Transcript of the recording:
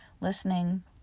listening